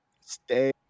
Stay